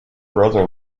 brother